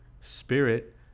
spirit